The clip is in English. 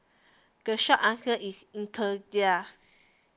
the short answer is inertia